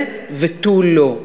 זה ותו לא.